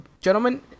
gentlemen